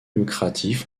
lucratif